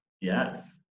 yes